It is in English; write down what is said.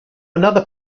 another